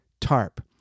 tarp